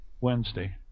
wednesday